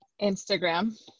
Instagram